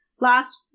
last